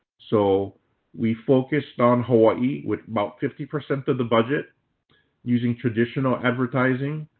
so we focused on hawaii with about fifty percent of the budget using traditional advertising,